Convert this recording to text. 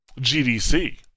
GDC